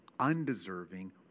undeserving